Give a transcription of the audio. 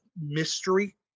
mystery